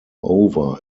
over